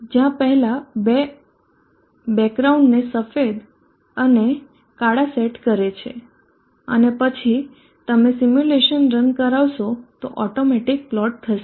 જ્યાં પહેલા બે બેક ગ્રાઉન્ડને સફેદ અને કાળા સેટ કરે છે અને પછે તમે સિમ્યુલેશન રન કરાવશો તો ઓટોમેટીકલી પ્લોટ થશે